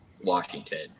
Washington